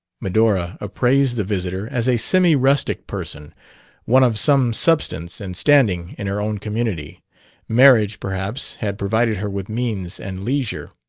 medora appraised the visitor as a semi-rustic person one of some substance and standing in her own community marriage, perhaps, had provided her with means and leisure.